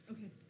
Okay